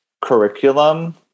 curriculum